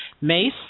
Mace